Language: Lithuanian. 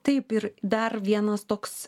taip ir dar vienas toks